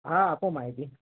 હા આપો માહિતી